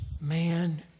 man